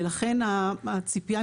ולכן הציפייה,